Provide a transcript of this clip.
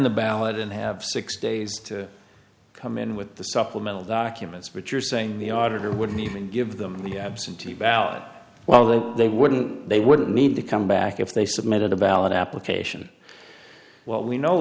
the ballot and have six days to come in with the supplemental documents which are saying the auditor wouldn't even give them the absentee ballot well that they wouldn't they wouldn't need to come back if they submitted a ballot application what we know